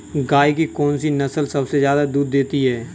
गाय की कौनसी नस्ल सबसे ज्यादा दूध देती है?